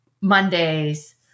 Mondays